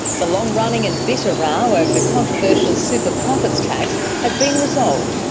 the long-running and bitter row over the controversial super profits tax has been resolved,